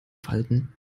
falten